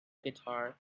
guitar